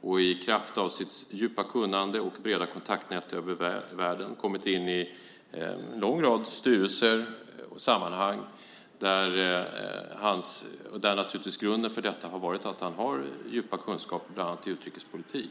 och i kraft av sitt djupa kunnande och breda kontaktnät över världen har kommit in i en lång rad styrelser och sammanhang. Grunden för detta har varit att han har djupa kunskaper bland annat i utrikespolitik.